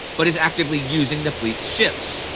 but is actively using the fleet's ships,